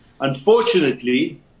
Unfortunately